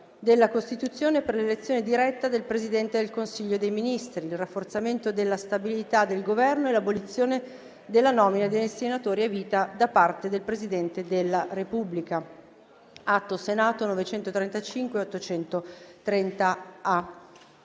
della Costituzione per l'elezione diretta del Presidente del Consiglio dei ministri, il rafforzamento della stabilità del Governo e l'abolizione della nomina dei senatori a vita da parte del Presidente della Repubblica***